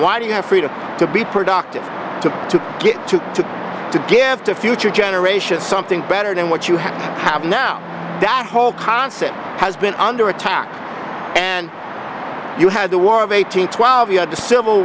why do you have freedom to be productive to to get to to to give to future generations something better than what you have have now that whole concept has been under attack and you had the war of eighteen twelve you had the civil